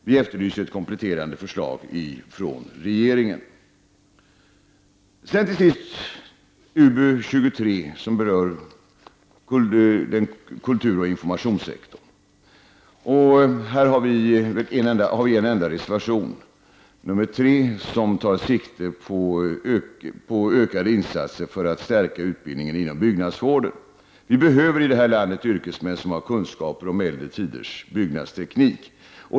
Vi efterlyser ett kompletterande förslag från regeringen. Till sist skall jag säga något om utbildningsutskottets betänkande nr 23, som berör kulturoch informationssektorn. Till detta betänkande har moderaterna fogat en enda reservation, nr 3, som tar sikte på ökade insatser för att stärka utbildningen inom byggnadsvården. Vi behöver i det här landet yrkesmän som har kunskaper om äldre tiders byggnadsteknik.